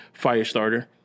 Firestarter